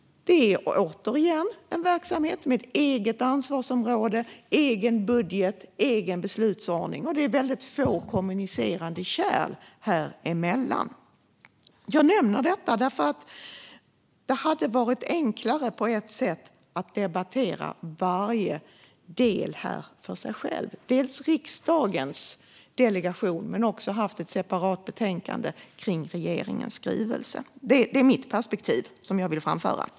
Det är, återigen, en egen verksamhet med eget ansvarsområde, egen budget och egen beslutsordning. Det är väldigt få kommunicerande kärl häremellan. Jag nämner detta för att det på ett sätt hade varit enklare att debattera varje del för sig med ett separat betänkande för riksdagens delegation och ett för regeringens skrivelse. Det är mitt perspektiv som jag vill framföra.